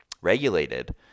regulated